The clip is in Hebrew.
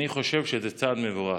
אני חושב שזה צעד מבורך,